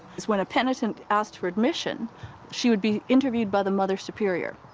because when a penitent asked for admission she would be interviewed by the mother superior,